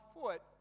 foot